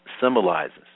symbolizes